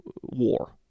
war